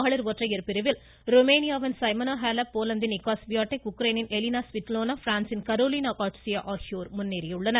மகளிர் ஒற்றையர் பிரிவில் ருமேனியாவின் சைமனோ ஹேலப் போலந்தின் இக்காஸ் வியாடெக் உக்ரைனின் எலினா ஸ்விட்டோலினா பிரான்சின் கரோலின் கார்ட்ஸியா ஆகியோர் முன்னேறியுள்ளனர்